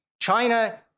China